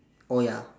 oh ya